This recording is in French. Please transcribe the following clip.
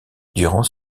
durant